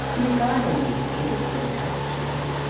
and the garden did beautifully last year.